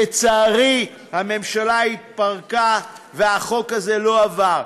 לצערי, הממשלה התפרקה והחוק הזה לא עבר.